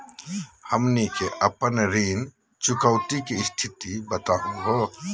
हमनी के अपन ऋण चुकौती के स्थिति बताहु हो?